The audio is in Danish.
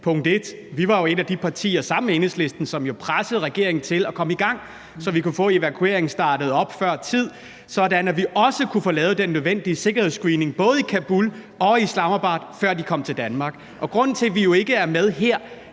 Punkt 1: Vi var jo et af de partier, som sammen med Enhedslisten pressede regeringen til at komme i gang, så vi kunne få evakueringen startet op før tid – sådan at vi også kunne få lavet den nødvendige sikkerhedsscreening i både Kabul og Islamabad, før de kom til Danmark. Og grunden til, at vi ikke er med her,